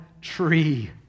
tree